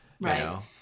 right